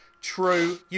True